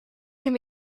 can